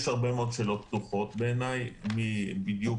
יש הרבה מאוד שאלות פתוחות בעיניי מבדיוק